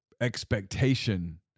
expectation